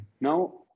Now